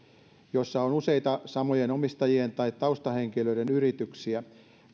jossa on useita samojen omistajien tai taustahenkilöiden yrityksiä